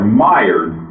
mired